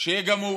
שגם הוא